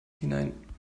hinein